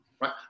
right